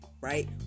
right